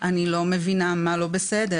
היא אמרה שהיא לא מבינה מה לא בסדר.